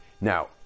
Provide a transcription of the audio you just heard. Now